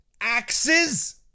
axes